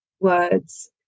words